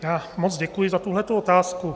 Já moc děkuji za tuhletu otázku.